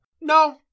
No